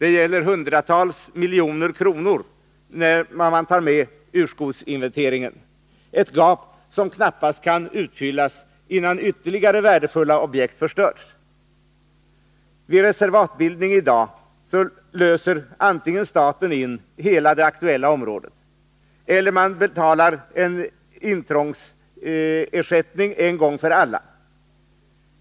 Det gäller hundratals miljoner kronor när man tar med urskogsinventeringen. Det är ett gap som knappast kan utfyllas innan ytterligare värdefulla objekt har förstörts. Antingen löser staten vid reservatbildning i dag in hela det aktuella området eller också betalar staten en intrångsersättning en gång för alla.